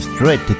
Straight